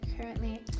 currently